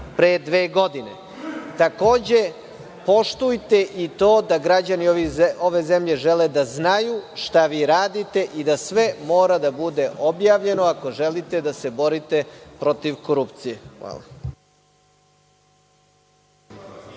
pre dve godine. Takođe, poštujte i to da građani ove zemlje žele da znaju šta vi radite i da sve mora da bude objavljeno ako želite da se borite protiv korupcije. Hvala.